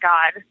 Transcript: God